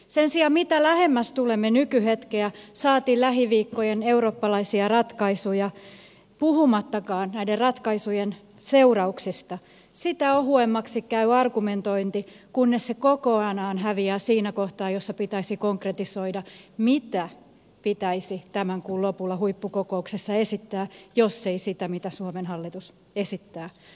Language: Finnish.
sen sijaan mitä lähemmäs tulemme nykyhetkeä saati lähiviikkojen eurooppalaisia ratkaisuja puhumattakaan näiden ratkaisujen seurauksista sitä ohuemmaksi käy argumentointi kunnes se kokonaan häviää siinä kohtaa jossa pitäisi konkretisoida mitä pitäisi tämän kuun lopulla huippukokouksessa esittää jos ei sitä mitä suomen hallitus esittää